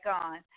on